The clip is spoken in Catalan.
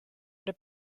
per